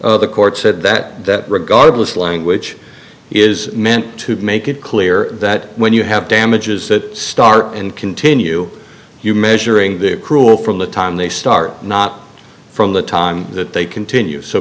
connally the court said that that regardless language is meant to make it clear that when you have damages that start and continue you measuring the cruel from the time they start not from the time that they continue so